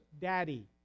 Daddy